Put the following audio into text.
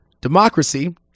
Democracy